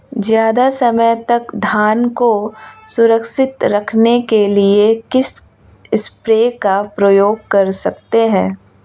ज़्यादा समय तक धान को सुरक्षित रखने के लिए किस स्प्रे का प्रयोग कर सकते हैं?